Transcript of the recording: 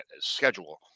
schedule